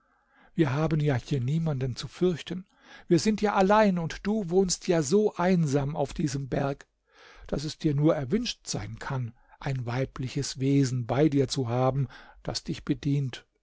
wir haben ja hier niemanden zu fürchten wir sind ja allein und du wohnst ja so einsam auf diesem berg daß es dir nur erwünscht sein kann ein weibliches wesen bei dir zu haben das dich bedient